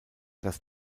das